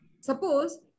Suppose